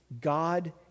God